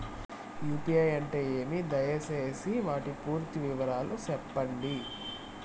UPI అంటే ఏమి? దయసేసి వాటి పూర్తి వివరాలు సెప్పండి?